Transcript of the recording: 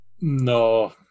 No